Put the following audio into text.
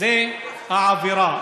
זו העבירה.